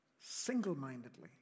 single-mindedly